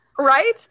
right